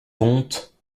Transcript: comte